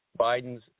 Biden's